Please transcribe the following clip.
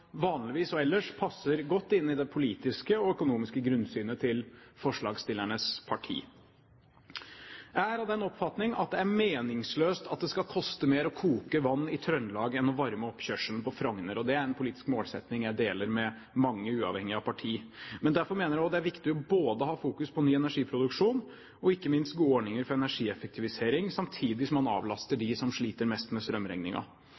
politiske og økonomiske grunnsynet til forslagsstillernes parti. Jeg er av den oppfatning at det er meningsløst at det skal koste mer å koke vann i Trøndelag enn å varme oppkjørselen på Frogner. Det er en politisk målsetting jeg deler med mange, uavhengig av parti. Men derfor mener jeg også det er viktig både å ha fokus på ny energiproduksjon og ikke minst gode ordninger for energieffektivisering, samtidig som man avlaster dem som sliter mest med